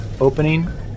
opening